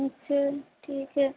अच्छा ठीक है